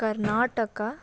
Karnataka